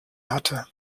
hatte